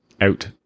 out